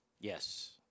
Yes